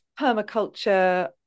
permaculture